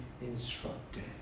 instructed